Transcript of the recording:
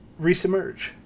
resubmerge